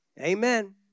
Amen